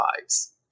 lives